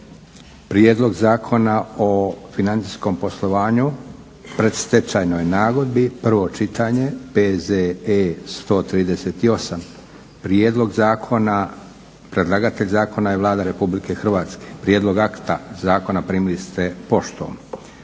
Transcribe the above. Prijedlog Zakona o financijskom poslovanju i predstečajnoj nagodbi, prvo čitanje, P.Z.E. br. 138; Predlagatelj zakona je Vlada Republike Hrvatske. Prijedlog akta zakona primili ste poštom.